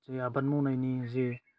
बे आबाद मावनायनि जे